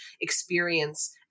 experience